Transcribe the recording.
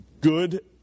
good